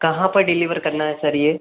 कहाँ पर डिलीवर करना है सर ये